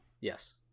Yes